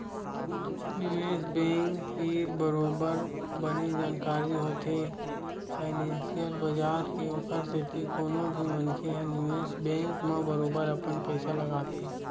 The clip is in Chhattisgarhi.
निवेस बेंक तीर बरोबर बने जानकारी होथे फानेंसियल बजार के ओखर सेती कोनो भी मनखे ह निवेस बेंक म बरोबर अपन पइसा लगाथे